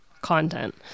content